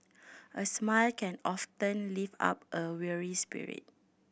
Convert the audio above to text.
a smile can often lift up a weary spirit